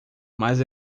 mas